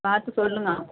பார்த்து சொல்லுங்கள்